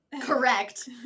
Correct